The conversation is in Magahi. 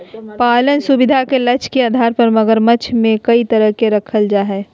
पालन सुविधा के लक्ष्य के आधार पर मगरमच्छ के कई तरह से रखल जा हइ